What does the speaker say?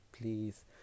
Please